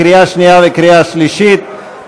לקריאה שנייה ולקריאה שלישית.